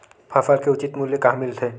फसल के उचित मूल्य कहां मिलथे?